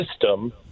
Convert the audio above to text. system